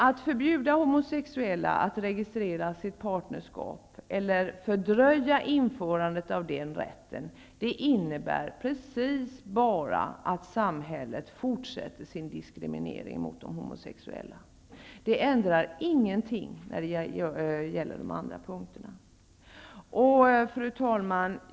Att förbjuda homosexuella att registrera sitt partnerskap eller fördröja införandet av den rätten, innebär bara att samhället fortsätter sin diskriminering av de homosexuella. Det förändrar ingenting när det gäller de andra punkterna. Fru talman!